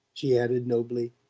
she added nobly.